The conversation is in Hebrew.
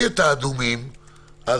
את האדומים מהעיר,